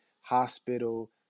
hospital